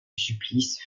supplice